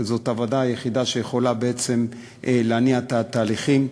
זאת הוועדה היחידה שיכולה בעצם להניע את התהליכים.